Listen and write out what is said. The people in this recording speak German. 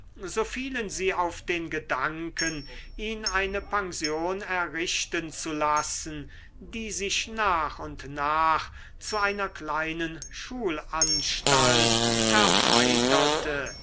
so fielen sie auf den gedanken ihn eine pension errichten zu lassen die sich nach und nach zu einer kleinen schulanstalt erweiterte